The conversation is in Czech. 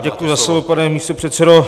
Děkuji za slovo, pane místopředsedo.